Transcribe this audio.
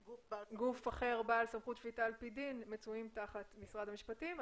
גוף אחר בעל סמכות שפיטה על פי דין מצויים תחת משרד המשפטים.